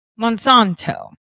Monsanto